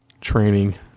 training